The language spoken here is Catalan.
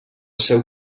seu